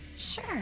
Sure